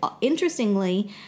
interestingly